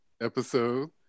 episode